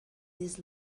this